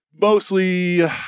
Mostly